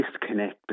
disconnect